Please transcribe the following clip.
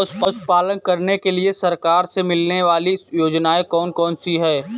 पशु पालन करने के लिए सरकार से मिलने वाली योजनाएँ कौन कौन सी हैं?